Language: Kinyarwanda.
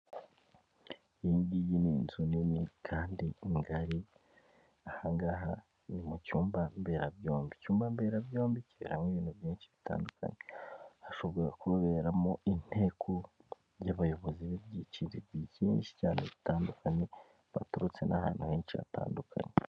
Akangaka ni agace runaka kagezweho keza, tubonamo kanyuramo abantu karimo n'umuhanda ugendwamo n'ibinyabiziga, ahangaha tukabona ipikipiki iriho umuyobozi uyiyoboye ayicayeho.